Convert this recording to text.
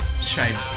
Shame